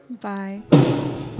Bye